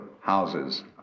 houses